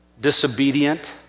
disobedient